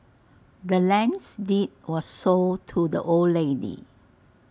the land's deed was sold to the old lady